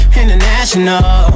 international